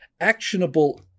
actionable